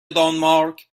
دانمارک